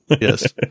yes